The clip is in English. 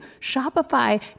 Shopify